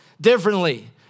differently